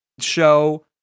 show